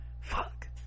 fuck